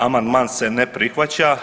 Amandman se ne prihvaća.